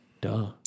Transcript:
Duh